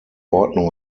ordnung